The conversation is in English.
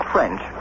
French